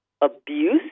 abuse